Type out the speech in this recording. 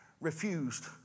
refused